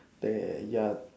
there ya